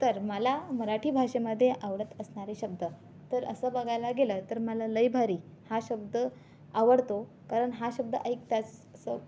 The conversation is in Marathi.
तर मला मराठी भाषेमध्ये आवडत असणारे शब्द तर असं बघायला गेलं तर मला लई भारी हा शब्द आवडतो कारण हा शब्द ऐकताच असं